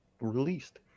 released